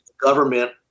government